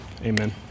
amen